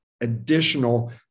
additional